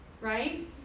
right